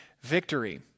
victory